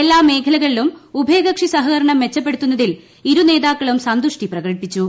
എല്ലാ മേഖലകളിലും ഉഭയകക്ഷി സഹകരണം മെച്ചപ്പെടുത്തുന്നതിൽ ഇരുനേതാക്കളും സന്തുഷ്ടി പ്രകടിപ്പിച്ചു